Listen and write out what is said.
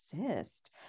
exist